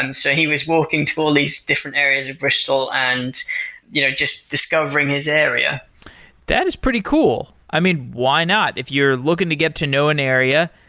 and so he was walking to all these different areas of bristol and you know just discovering his area that is pretty cool. i mean, why not? if you're looking to get to know an area,